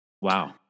Wow